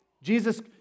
Jesus